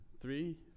Three